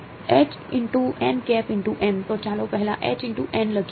તો ચાલો પહેલા લખીએ